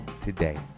today